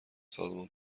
سازمان